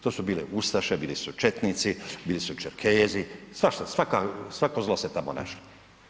To su bile ustaše, bili su četnici, bili su čerkezi, svašta, svako zlo se tamo našlo.